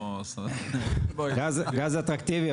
גז אטרקטיבי,